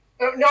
No